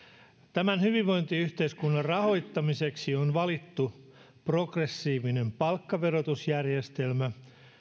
tämän hyvinvointiyhteiskunnan rahoittamiseksi on valittu progressiivinen palkkaverotusjärjestelmä